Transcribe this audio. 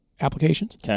applications